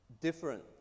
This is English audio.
different